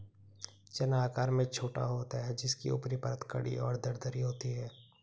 चना आकार में छोटा होता है जिसकी ऊपरी परत कड़ी और दरदरी होती है